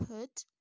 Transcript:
put